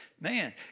man